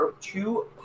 two